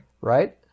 Right